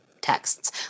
texts